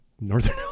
Northern